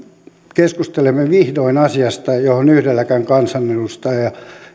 keskustelemme vihdoin asiasta johon yhdelläkään kansanedustajalla